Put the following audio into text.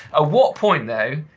ah what point though,